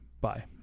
Bye